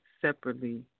separately